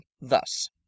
thus